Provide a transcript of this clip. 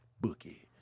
bookie